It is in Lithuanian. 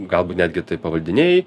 galbūt netgi tai pavaldiniai